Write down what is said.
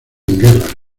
guerras